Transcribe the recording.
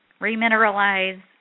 remineralize